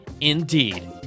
indeed